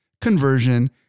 conversion